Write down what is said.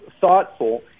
thoughtful